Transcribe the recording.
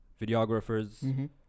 videographers